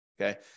Okay